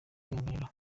kwihanganira